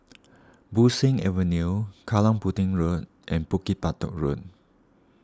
Bo Seng Avenue Kallang Pudding Road and Bukit Batok Road